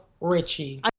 Richie